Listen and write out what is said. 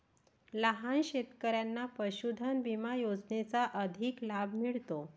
लहान शेतकऱ्यांना पशुधन विमा योजनेचा अधिक लाभ मिळतो